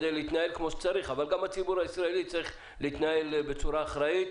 אבל גם הציבור הישראלי צריך להתנהל בצורה אחראית,